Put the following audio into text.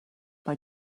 mae